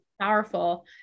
powerful